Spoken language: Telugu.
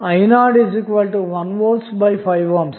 2A R N 1V 5 10